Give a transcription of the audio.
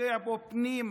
שפוגע בו בפנים,